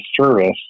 service